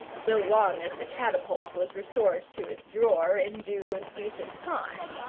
so long as the catapult was restored to its drawer in due and decent time.